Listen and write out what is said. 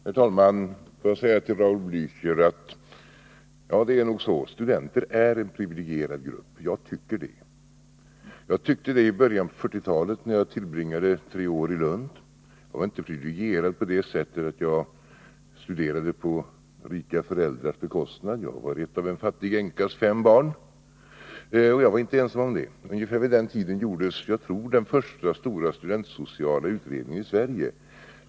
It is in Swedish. Herr talman! Det är nog så, Raul Blächer, att studenter är en privilegierad grupp; jag tycker det. Jag tyckte det också i början av 1940-talet när jag tillbringade tre år i Lund. Men jag var inte privilegierad på det sättet att jag studerade på rika föräldrars bekostnad, för jag var ett av en fattig änkas fem barn, och jag var inte ensam om att ha dei så. Ungefär vid den tiden gjordes, tror jag, den första stora studiesociala utredningen i Sverige.